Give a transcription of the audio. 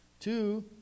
Two